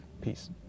peace